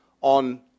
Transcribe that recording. on